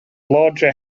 larger